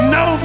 no